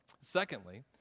Secondly